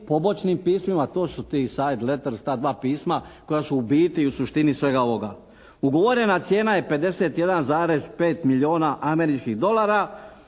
pobočnim pismima, to su ti "side letters" ta dva pisma koja su u biti u suštini svega ovoga. Ugovorena cijena je 51,5 milijuna američkih dolara.